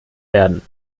werden